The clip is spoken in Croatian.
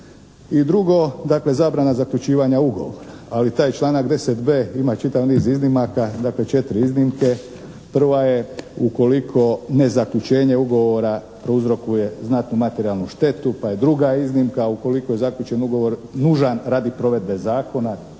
I drugo, dakle zabrana zaključivanja ugovora, ali taj članak 10.b ima čitav niz iznimaka, dakle četiri iznimke. Prva je ukoliko nezaključenje ugovora prouzrokuje znatnu materijalnu štetu, pa je druga iznimka ukoliko je zaključen ugovor nužan radi provedbe zakona.